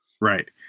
Right